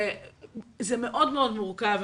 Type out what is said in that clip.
זה מאוד מאוד מורכב.